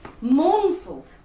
mournful